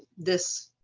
this